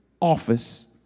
office